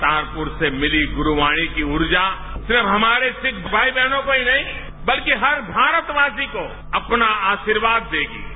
करतारपुर से मिली गुरू वाणी की ऊर्जा सिर्फ हमारे सिक्ख भाई बहनों को ही नहीं बल्कि हर भारतवासी को अपना आशीर्वाद देगी